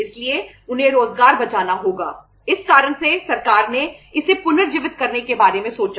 इसलिए उन्हें रोजगार बचाना होगा इस कारण से सरकार ने इसे पुनर्जीवित करने के बारे में सोचा